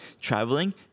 traveling